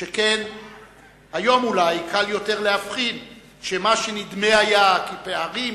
שכן היום אולי קל יותר להבחין שמה שנדמה היה כפערים